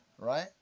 right